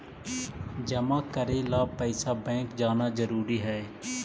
जमा करे ला पैसा बैंक जाना जरूरी है?